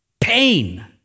Pain